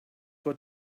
were